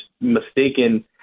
mistaken